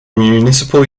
municipal